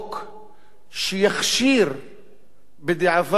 שיכשיר בדיעבד וגם בעתיד,